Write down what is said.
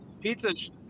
Pizza